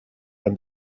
and